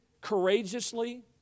courageously